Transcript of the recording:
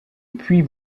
puis